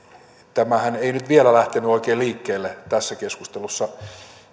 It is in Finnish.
tämähän ei nyt vielä lähtenyt oikein liikkeelle tässä keskustelussa